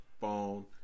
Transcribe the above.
phone